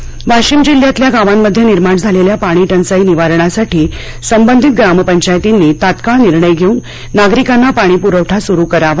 पाणी टंचाई वाशिम जिल्ह्यातल्या गावांमध्ये निर्माण झालेल्या पाणी टंचाई निवारणासाठी संबंधित ग्रामपंचायतीनी तात्काळ निर्णय घेऊन नागरिकांना पाणी पुरवठा सुरु करावा